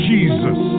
Jesus